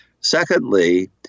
Secondly